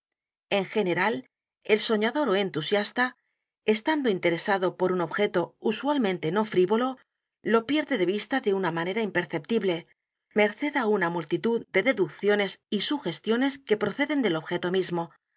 en general el soñador ó entusiasta estando interesado por u n objeto usualmente no frivolo lo pierde de vista de una manera imperceptible merced á una multitud de deducciones y sugestiones que proceden del objeto mismo